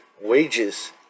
wages